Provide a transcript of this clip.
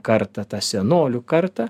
kartą tą senolių kartą